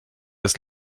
das